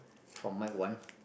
from mic one